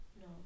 No